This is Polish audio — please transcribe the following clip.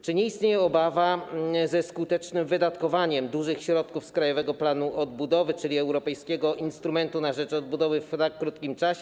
Czy nie istnieje obawa związana ze skutecznym wydatkowaniem dużych środków z Krajowego Planu Odbudowy, czyli europejskiego instrumentu na rzecz odbudowy, w tak krótkim czasie?